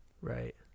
Right